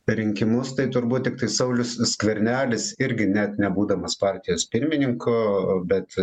per rinkimus tai turbūt tiktai saulius skvernelis irgi net nebūdamas partijos pirmininku bet